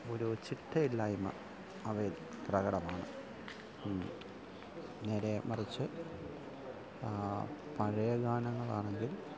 ഒരു ചിട്ടയില്ലായ്മ അവയിൽ പ്രകടമാണ് നേരെ മറിച്ച് പഴയ ഗാനങ്ങളാണെങ്കിൽ